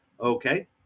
Okay